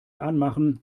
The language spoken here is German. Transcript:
anmachen